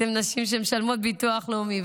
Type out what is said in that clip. אתן נשים שמשלמות ביטוח לאומי,